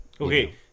Okay